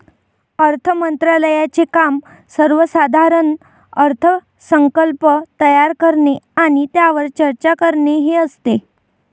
अर्थ मंत्रालयाचे काम सर्वसाधारण अर्थसंकल्प तयार करणे आणि त्यावर चर्चा करणे हे असते